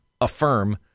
affirm